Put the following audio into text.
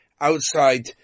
outside